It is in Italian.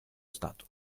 stato